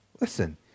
Listen